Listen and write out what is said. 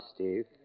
Steve